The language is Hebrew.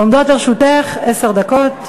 עומדות לרשותך עשר דקות.